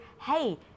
hey